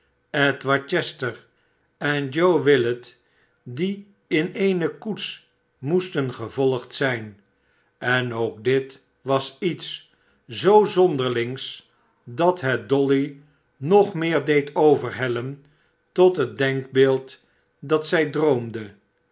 edward chester en joe willet die in eene koets moesten gvolgd zijn en k dit was iets zoo zonderlings dat het dolly nog meer deed overhellen tot het denkbeeld r dat zij droomde